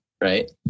right